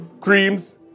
creams